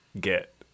get